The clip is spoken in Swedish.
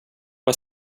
vad